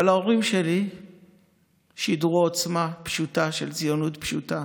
אבל ההורים שלי שידרו עוצמה פשוטה של ציונות פשוטה.